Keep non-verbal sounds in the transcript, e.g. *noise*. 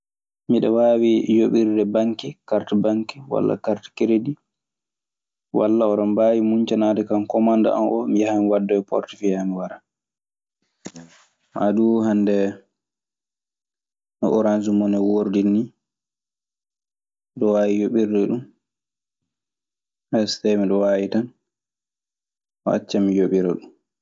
Miɗe waawi yoɓirde banke, karte banke walla karte keredii. Walla oɗon mbaawi muncanaade kan komande an oo. Mi yaha wi waddoya portefiye an, mi wara. Maa duu hannde no oranse mone woordi nii, miɗe waawi yoɓirde ɗun. *hesitation* So tawii miɗe waawi tan, o acca mi yoɓira ɗun.